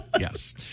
Yes